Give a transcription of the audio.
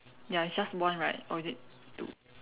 ya it's just one right or is it two